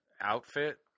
outfit